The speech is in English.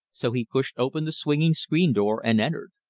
so he pushed open the swinging screen door and entered.